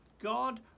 God